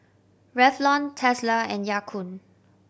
Revlon Tesla and Ya Kun